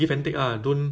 !huh!